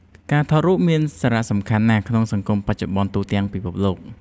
ការថតរូបមានសារ:សំខាន់ណាស់ក្នុងសង្គមបច្ចុប្បន្នទូទាំងពិភពលោក។